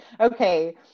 okay